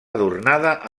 adornada